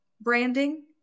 branding